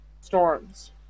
storms